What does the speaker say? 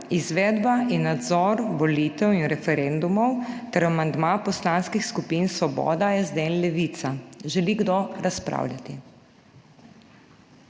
Izvedba in nadzor volitev in referendumov ter amandma poslanskih skupin Svoboda, SD in Levica. Želi kdo razpravljati?